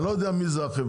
אני לא יודע מי החברה,